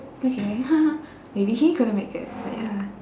okay maybe he couldn't make it but ya